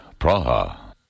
Praha